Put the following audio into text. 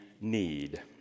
need